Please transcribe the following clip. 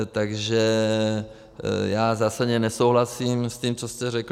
Takže já zásadně nesouhlasím s tím, co jste řekl.